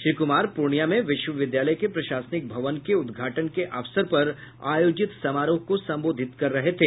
श्री कूमार पूर्णिया में विश्वविद्यालय के प्रशासनिक भवन के उदघाटन के अवसर पर आयोजित समारोह को संबोधित कर रहे थे